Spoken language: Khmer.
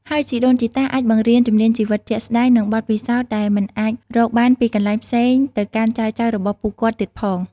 ហើយជីដូនជីតាអាចបង្រៀនជំនាញជីវិតជាក់ស្តែង និងបទពិសោធន៍ដែលមិនអាចរកបានពីកន្លែងផ្សេងទៅកាន់ចៅៗរបស់ពួកគាត់ទៀងផង។